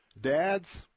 Dads